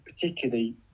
particularly